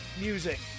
music